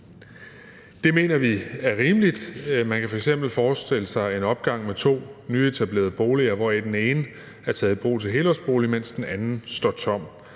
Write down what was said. Det mener vi er rimeligt. Man kan f.eks. forestille sig en opgang med to nyetablerede boliger, hvoraf den ene er taget i brug til helårsbolig, mens den anden står tom.